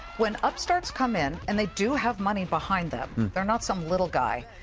when upstarts come in, and they do have money behind them, they're not some little guy,